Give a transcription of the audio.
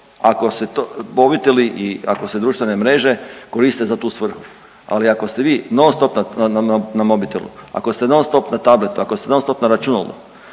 ako se mobiteli i ako se društvene mreže koriste za tu svrhu, ali ako ste vi nonstop na mobitelu, ako ste nonstop na tabletu, ako ste nonstop na računalu,